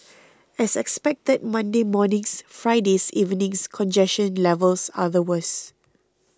as expected Monday morning's Friday's evening's congestion levels are the worse